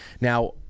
Now